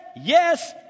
yes